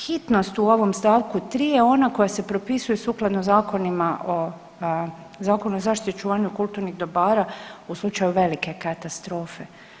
Hitnost u ovom st. 3 je ona koja se propisuje sukladno zakonima o, Zakonu o zaštiti čuvanju kulturnih dobara u slučaju velike katastrofe.